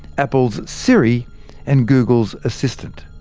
apple's siri and google's assistant.